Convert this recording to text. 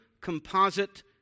composite